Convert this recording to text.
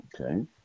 Okay